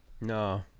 No